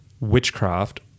witchcraft